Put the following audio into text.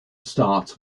starts